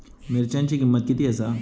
मिरच्यांची किंमत किती आसा?